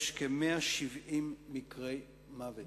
כ-170 מקרי מוות,